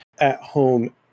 at-home